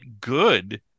good